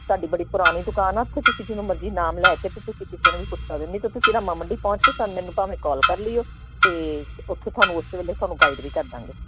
ਸਾਡੀ ਬੜੀ ਪੁਰਾਣੀ ਦੁਕਾਨ ਆ ਉੱਥੇ ਤੁਸੀਂ ਜਿਹਨੂੰ ਮਰਜ਼ੀ ਨਾਮ ਲੈ ਕੇ ਅਤੇ ਤੁਸੀਂ ਕਿਸੇ ਨੂੰ ਵੀ ਪੁੱਛ ਸਕਦੇ ਨਹੀ ਅਤੇ ਤੁਸੀਂ ਰਾਮਾ ਮੰਡੀ ਪਹੁੰਚ ਕੇ ਤਾਂ ਮੈਨੂੰ ਭਾਵੇਂ ਕਾਲ ਕਰ ਲਈਓ ਅਤੇ ਉੱਥੇ ਤੁਹਾਨੂੰ ਉਸ ਵੇਲੇ ਤੁਹਾਨੂੰ ਗਾਈਡ ਵੀ ਕਰ ਦੇਵਾਂਗੇ